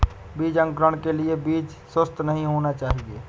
बीज अंकुरण के लिए बीज सुसप्त नहीं होना चाहिए